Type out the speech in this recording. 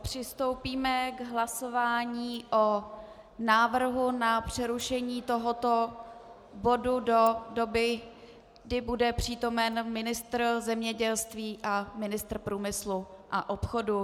Přistoupíme k hlasování o návrhu na přerušení tohoto bodu do doby, kdy bude přítomen ministr zemědělství a ministr průmyslu a obchodu.